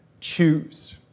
Choose